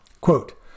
Quote